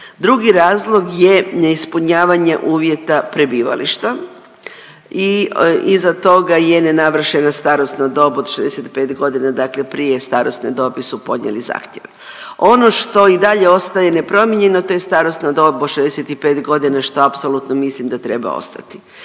Drugi razlog je neispunjavanje uvjeta prebivališta i iza toga je nenavršena starosna dob od 65 godina, dakle prije starosne dobi su podnijeli zahtjev. Ono što i dalje ostaje nepromijenjeno, to je starosna dob od 65 godina, što apsolutno mislim da treba ostati.